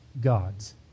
gods